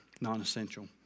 Non-essential